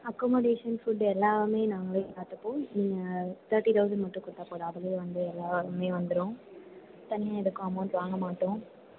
accommodation food எல்லாமே நாங்களே பார்த்துப்போம் நீங்கள் தர்ட்டி தௌசண்ட் மட்டும் கொடுத்தா போதும் அதுலையே வந்து எல்லாமே வந்துடும் தனியாக எதுக்கும் அமௌண்ட் வாங்க மாட்டோம்